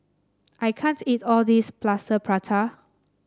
I can't eat all this Plaster Prata